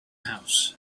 house